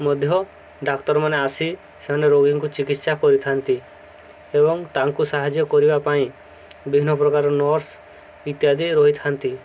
ମଧ୍ୟ ଡାକ୍ତରମାନେ ଆସି ସେମାନେ ରୋଗୀଙ୍କୁ ଚିକିତ୍ସା କରିଥାନ୍ତି ଏବଂ ତାଙ୍କୁ ସାହାଯ୍ୟ କରିବା ପାଇଁ ବିଭିନ୍ନ ପ୍ରକାର ନର୍ସ ଇତ୍ୟାଦି ରହିଥାନ୍ତି